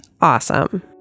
Awesome